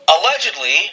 allegedly